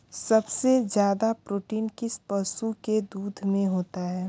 सबसे ज्यादा प्रोटीन किस पशु के दूध में होता है?